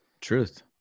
Truth